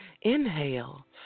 inhale